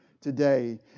today